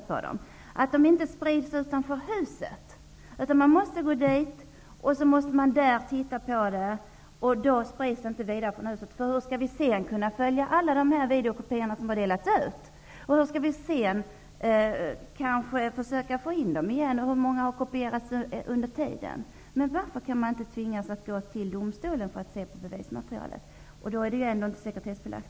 På så sätt sprids de inte utanför huset. Hur skall vi annars kunna följa alla de videokopior som har delats ut? Hur skall vi sedan försöka få in dem igen? Hur många kopior har gjorts under tiden? Varför kan inte folk tvingas att gå till domstolen för att få se på bevismaterialet? Då är materialet inte sekretessbelagt.